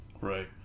Right